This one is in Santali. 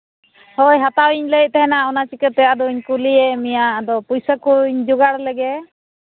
ᱦᱳᱭ ᱦᱟᱛᱟᱣᱤᱧ ᱞᱟᱹᱭᱮᱫ ᱛᱟᱦᱮᱱᱟ ᱚᱱᱟ ᱪᱤᱠᱟᱹᱛᱮ ᱟᱫᱚᱧ ᱠᱩᱞᱤᱭᱮᱫ ᱢᱮᱭᱟ ᱟᱫᱚ ᱯᱩᱭᱥᱟᱹ ᱠᱚᱧ ᱡᱳᱜᱟᱲ ᱞᱮᱜᱮ